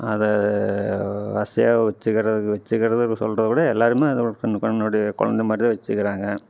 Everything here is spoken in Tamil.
அதை ஆசையாக வச்சிக்கிறது வச்சிக்கிறதுன்னு சொல்கிறத விட எல்லாருமே அதை தன் தன்னுடைய குழந்த மாதிரிதான் வச்சிக்கிறாங்க